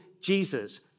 Jesus